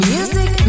Music